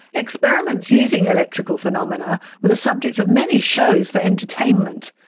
experiments using electrical phenomena were the subject of many shows for entertainment.